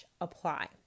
apply